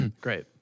Great